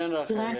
כן רחלי.